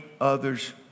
others